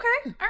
Okay